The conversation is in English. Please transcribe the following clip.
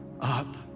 up